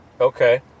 Okay